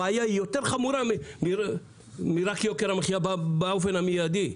הבעיה היא יותר חמורה מרק יוקר המחייה באופן המידי.